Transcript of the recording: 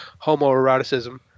Homoeroticism